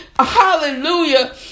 hallelujah